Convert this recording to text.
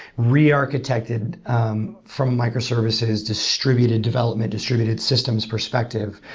re-architect it um from microservices, distribute a development, distribute its systems perspective.